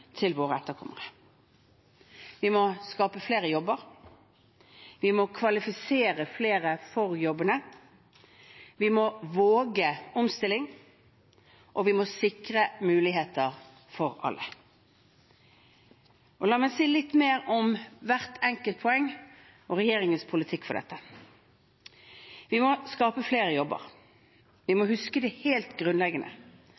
til våre etterkommere: Vi må skape flere jobber. Vi må kvalifisere flere for jobbene. Vi må våge omstilling. Vi må sikre muligheter for alle. La meg si litt mer om hvert enkelt poeng og regjeringens politikk for dette. Vi må skape flere jobber. Vi